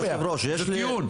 בסדר, אני שומע את הטיעון.